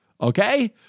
Okay